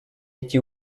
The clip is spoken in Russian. эти